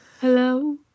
Hello